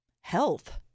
health